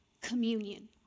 communion